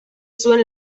zuen